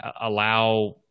allow